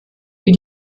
wie